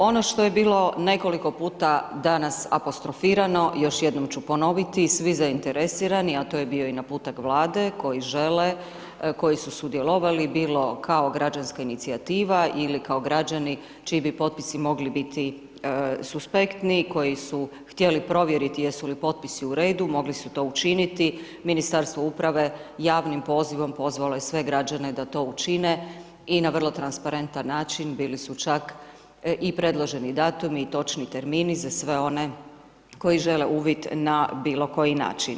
Ono što je bilo nekoliko puta danas apostrofirano, još jednom ću ponoviti, svi zainteresirani a to je bio i naputak Vlade, koji žele, koji su sudjelovali bilo kao građanska inicijativa ili kao građani čiji bi potpisi mogli biti suspektni, koji su htjeli provjeriti jesu li potpisi u redu, mogli su to učiniti, Ministarstvo uprave javnim pozivom pozvalo je sve građane da to učine i na vrlo transparentan način bili su čak i predloženi datumi, točni termini za sve one koji žele uvid na bilokoji način.